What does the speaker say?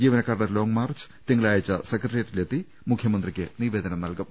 ജീവനക്കാരുടെ long march തിങ്കളാഴ്ച സെക്രട്ടറിയേറ്റി ലെത്തി മുഖ്യമന്ത്രിക്ക് നിവേദനം നൽകും